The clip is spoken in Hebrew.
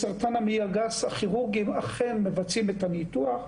בסרטן המעי הגס הכירורגים אכן מבצעים את הניתוח,